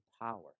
power